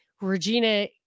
Regina